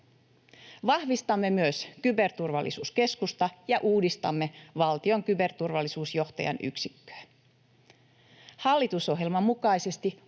Vahvistamme myös Kyberturvallisuuskeskusta ja uudistamme valtion kyberturvallisuusjohtajan yksikköä. Hallitusohjelman mukaisesti